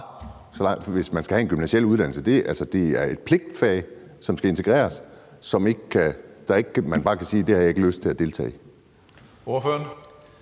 hvis man skal have en gymnasial uddannelse. Altså, det er et pligtfag, som skal integreres, og man kan ikke bare sige: Det har jeg ikke lyst til at deltage i. Kl.